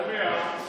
לאזרחי ישראל,